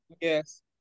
Yes